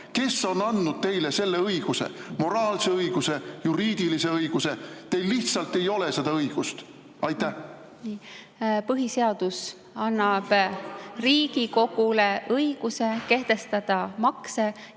kes on andnud teile selle õiguse, moraalse õiguse ja juriidilise õiguse. Teil lihtsalt ei ole seda õigust. Põhiseadus annab (Hääl saalist.) Riigikogule õiguse kehtestada makse.